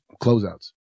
closeouts